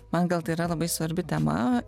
man gal tai yra labai svarbi tema